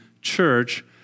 church